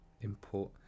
Import